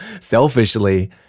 selfishly